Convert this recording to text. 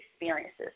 experiences